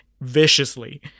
viciously